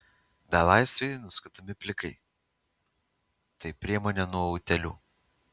belaisviai nuskutami plikai tai priemonė nuo utėlių